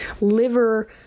liver